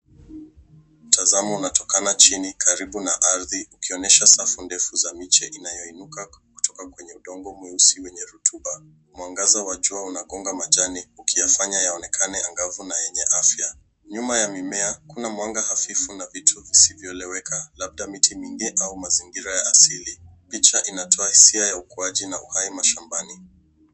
Mtazamo unatokana chini karibu na ardhi ukionyesha safu ndefu za miche inayoinuka kutoka kwenye udongo mweusi wenye rutuba. Mwangaza wa jua unagonga majani, ukiyafanya yaonekane angavu na yenye afya. Nyuma ya mimea, kuna mwanga hafifu na vitu visivyoeleweka, labda miti mingi au mazingira ya asili. Picha inatoa hisia ya ukuaji na uhai mashambani.